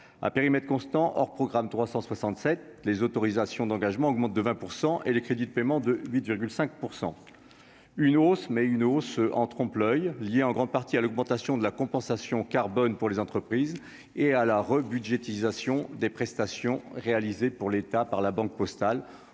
à périmètre constant, hors programme 367 les autorisations d'engagement augmente de 20 % et les crédits de paiement de 8 5 % une hausse, mais une hausse en trompe l'oeil liée en grande partie à l'augmentation de la compensation carbone pour les entreprises et à la rebudgétisation des prestations réalisées pour l'État par la Banque Postale